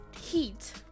heat